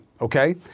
Okay